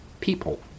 People